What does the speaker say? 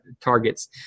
targets